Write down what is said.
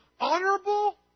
honorable